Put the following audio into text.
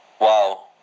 Wow